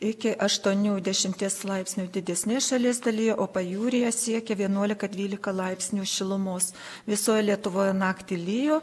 iki aštuonių dešimties laipsnių didesnėje šalies dalyje o pajūryje siekia vienuolika dvylika laipsnių šilumos visoj lietuvoje naktį lijo